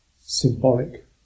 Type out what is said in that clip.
symbolic